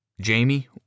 Jamie